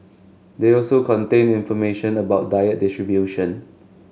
they also contain information about diet distribution